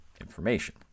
information